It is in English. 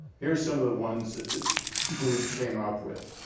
here are some of the ones that this group came up with.